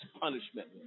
punishment